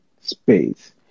Space